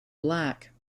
black